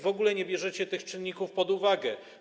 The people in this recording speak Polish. W ogóle nie bierzecie tych czynników pod uwagę.